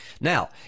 Now